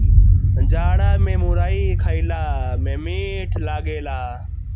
जाड़ा में मुरई खईला में मीठ लागेला